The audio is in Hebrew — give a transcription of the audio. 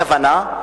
הכוונה,